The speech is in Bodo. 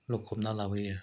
लखबना लाबोयो